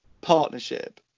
partnership